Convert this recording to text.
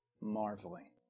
marveling